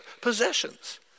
possessions